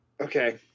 okay –